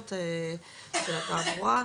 התביעות של התעבורה,